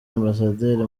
ambasaderi